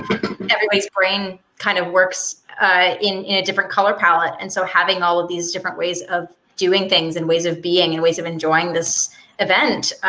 everybody's brain kind of works in a different color palette, ask and so having all of these different ways of doing things and ways of being and ways of enjoying this event,